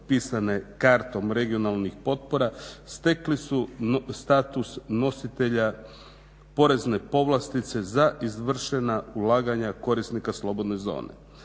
propisane kartom regionalnih potpora, stekli status nositelja porezne povlastice za izvršenja ulaganja korisnika slobodne zone.